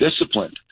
disciplined